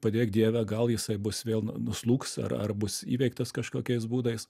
padėk dieve gal jisai bus vėl nu nuslūgs ar ar bus įveiktas kažkokiais būdais